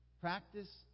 Practice